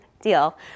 deal